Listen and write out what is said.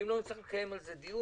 ואם לא, נצטרך לקיים על זה דיון.